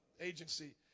agency